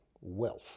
wealth